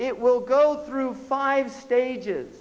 it will go through five stages